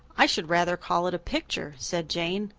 i should rather call it a picture, said jane.